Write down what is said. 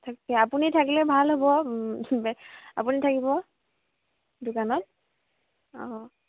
থাকে আপুনি থাকিলে ভাল হ'ব আপুনি থাকিব দোকানত অঁ